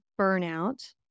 burnout